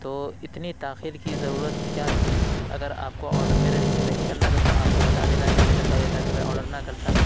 تو اتنی تاخیر کی ضرورت کیا تھی اگر آپ کو آڈر میرے ریسیو نہیں کرنا تھا تو آپ کو بتا دینا چہیے تھا پہلے تاکہ میں آڈر نہ کرتا